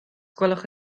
gwelwch